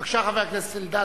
בבקשה, חבר הכנסת אלדד.